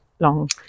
long